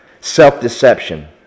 self-deception